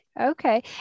okay